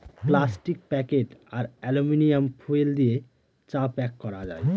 plastic packet আর aluminium foil দিয়ে চা প্যাক করা যায়